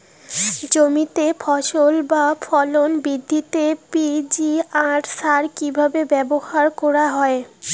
জমিতে ফসল বা ফলন বৃদ্ধিতে পি.জি.আর সার কীভাবে ব্যবহার করা হয়?